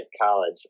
college